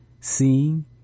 seeing